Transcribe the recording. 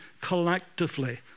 collectively